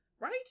Right